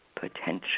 potential